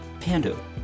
Pando